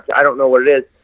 i don't know what it is,